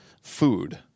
food